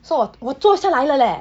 so 我我坐下来了 leh